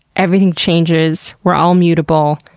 everything changes, we're all mutable.